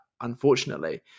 unfortunately